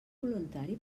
voluntari